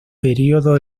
período